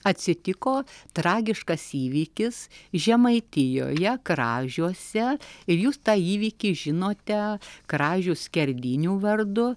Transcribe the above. atsitiko tragiškas įvykis žemaitijoje kražiuose ir jūs tą įvykį žinote kražių skerdynių vardu